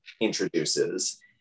introduces